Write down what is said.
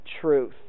truth